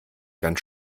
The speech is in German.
ganz